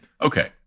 okay